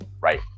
right